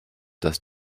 dass